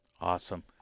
Awesome